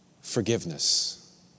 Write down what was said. forgiveness